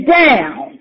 down